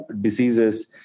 diseases